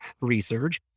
research